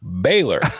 Baylor